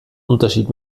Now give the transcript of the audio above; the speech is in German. unterschied